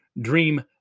dream